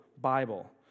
Bible